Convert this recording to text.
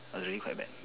it was really quite bad